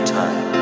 time